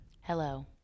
Hello